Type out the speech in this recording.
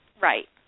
Right